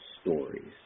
stories